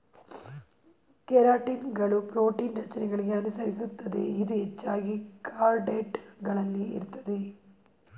ಕೆರಾಟಿನ್ಗಳು ಪ್ರೋಟೀನ್ ರಚನೆಗಳಿಗೆ ಅನುಸರಿಸುತ್ತದೆ ಇದು ಹೆಚ್ಚಾಗಿ ಕಾರ್ಡೇಟ್ ಗಳಲ್ಲಿ ಇರ್ತದೆ